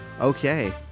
Okay